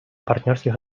партнерских